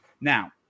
Now